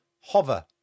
hover